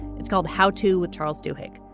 it's called how to with charles duhok.